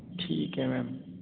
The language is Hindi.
ठीक है मैम